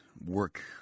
work